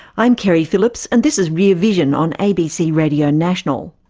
i'm keri phillips and this is rear vision on abc radio national.